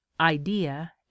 idea